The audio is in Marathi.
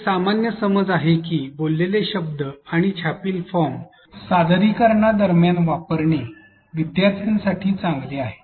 एक सामान्य समज आहे की बोललेले शब्द आणि छापील फॉर्म सादरीकरणा दरम्यान वापरणे विद्यार्थ्यांसाठी चांगले आहे